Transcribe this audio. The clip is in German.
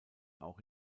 auch